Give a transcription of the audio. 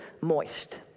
moist